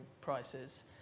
prices